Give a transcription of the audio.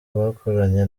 bakoranye